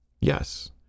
Yes